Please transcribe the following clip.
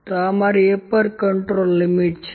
તો આ મારી અપર કન્ટ્રોલની લિમિટ છે